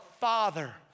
Father